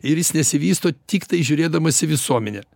ir jis nesivysto tiktai žiūrėdamas į visuomenę